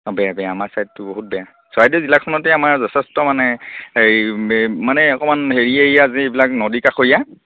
অঁ বেয়া বেয়া আমাৰ ছাইডটো বহুত বেয়া চৰাইদেউ জিলাখনতে আমাৰ যথেষ্ট মানে হেৰি মানে অকণমান হেৰি এৰিয়া যে এইবিলাক নদী কাষৰীয়া